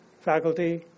faculty